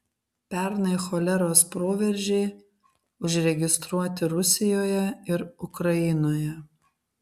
pernai choleros proveržiai užregistruoti rusijoje ir ukrainoje